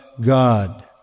God